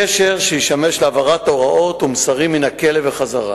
קשר שישמש להעברת הוראות ומסרים מן הכלא וחזרה.